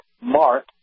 mark